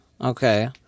okay